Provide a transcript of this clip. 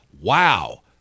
Wow